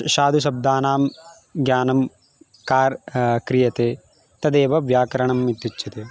साधुशब्दानां ज्ञानं कार् क्रियते तदेव व्याकरणम् इत्युच्यते